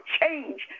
change